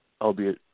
albeit